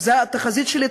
זאת התחזית שלי,